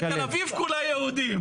תל אביב כולה יהודים.